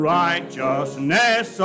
righteousness